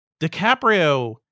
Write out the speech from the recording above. DiCaprio